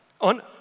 on